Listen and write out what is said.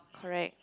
correct